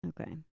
Okay